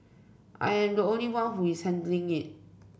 I am the only one who is handling it